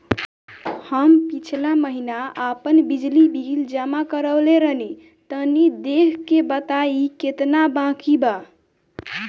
हम पिछला महीना आपन बिजली बिल जमा करवले रनि तनि देखऽ के बताईं केतना बाकि बा?